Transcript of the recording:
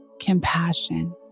compassion